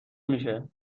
میشه